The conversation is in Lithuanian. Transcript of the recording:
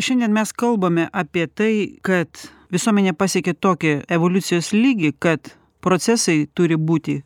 šiandien mes kalbame apie tai kad visuomenė pasiekė tokį evoliucijos lygį kad procesai turi būti